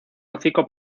hocico